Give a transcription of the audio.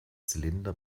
zylinder